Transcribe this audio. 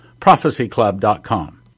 Prophecyclub.com